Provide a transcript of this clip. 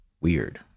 weird